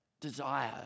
desire